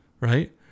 right